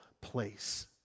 place